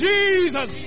Jesus